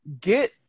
get